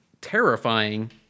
terrifying